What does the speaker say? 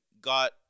got